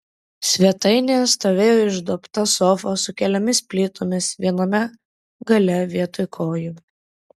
svetainėje stovėjo išduobta sofa su keliomis plytomis viename gale vietoj kojų